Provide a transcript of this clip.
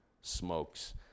smokes